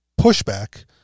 pushback